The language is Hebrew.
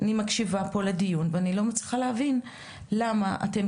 אני מקשיבה לדיון ואני לא מצליחה להבין למה אתם